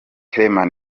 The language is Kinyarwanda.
clement